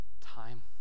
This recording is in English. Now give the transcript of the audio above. time